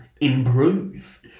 Improve